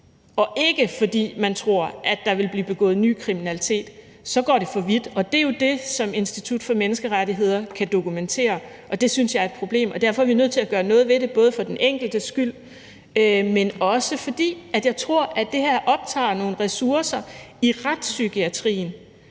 og ikke fordi man tror, at der vil blive begået ny kriminalitet, så går det for vidt. Og det er jo det, som Institut for Menneskerettigheder kan dokumentere, og det synes jeg er et problem. Derfor er vi nødt til at gøre noget ved det både for den enkeltes skyld, men også fordi jeg tror, at det her optager nogle ressourcer i retspsykiatrien,